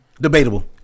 Debatable